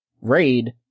raid